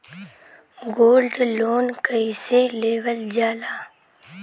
Gold loan कईसे लेवल जा ला?